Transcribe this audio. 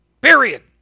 period